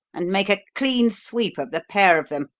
and make a clean sweep of the pair of them.